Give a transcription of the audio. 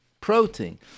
protein